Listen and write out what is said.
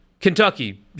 Kentucky